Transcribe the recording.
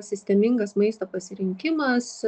sistemingas maisto pasirinkimas